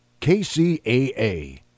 KCAA